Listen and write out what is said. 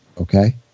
Okay